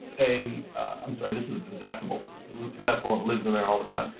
a i'm sorry, this is a possessable. this is the possessable that lives in there all the time.